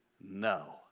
no